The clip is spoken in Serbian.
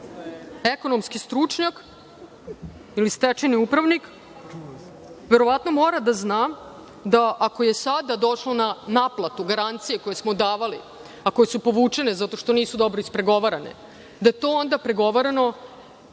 ekonomski stručnjak ili stečajni upravnik, verovatno mora da zna da ako je došlo na naplatu, garancije koje smo davali, a koje su povučene zato što nisu dobro ispregovarane, da je to onda pregovarano